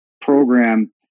program